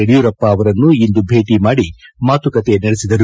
ಯಡಿಯೂರಪ್ಪ ಅವರನ್ನು ಇಂದು ಭೇಟಿ ಮಾಡಿ ಮಾತುಕತೆ ನಡೆಸಿದ್ದಾರೆ